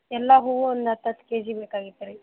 ಎಲ್ಲಾ ಹೂವು ಒಂದು ಹತ್ತು ಹತ್ತು ಕೆ ಜಿ ಬೇಕಾಗಿತ್ತು ರೀ